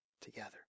together